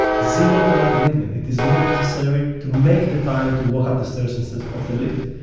zero time commitment, it is not necessary to make the time to walk up the stairs instead of the lift.